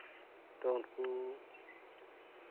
ᱛᱳ ᱩᱱᱠᱩ